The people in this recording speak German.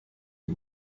mit